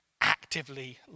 actively